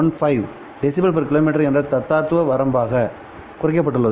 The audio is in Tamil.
15 dB km என்ற தத்துவார்த்த வரம்பாகக் குறைக்கப்பட்டுள்ளது